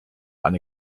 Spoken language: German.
eine